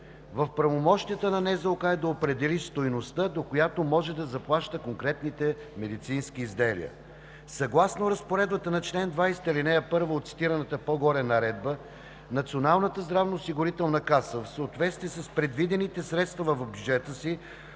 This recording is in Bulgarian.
здравноосигурителна каса е да определи стойността, до която може да заплаща конкретните медицински изделия. Съгласно разпоредбата на чл. 20, ал. 1 от цитираната по-горе Наредба, Националната здравноосигурителна каса, в съответствие с предвидените средства в бюджета си